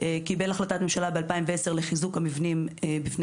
קיבל החלטת ממשלה ב-2010 לחיזוק המבנים מפני